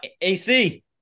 AC